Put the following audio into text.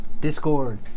Discord